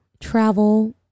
travel